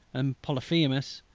and polyphemus,